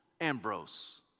Ambrose